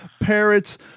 parrots